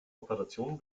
operationen